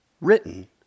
written